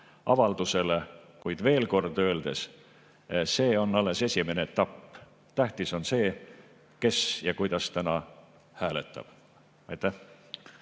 avaldusele. Kuid ütlen uuesti, et see on alles esimene etapp. Tähtis on see, kes ja kuidas täna hääletab.